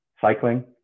cycling